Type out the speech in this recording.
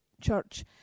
Church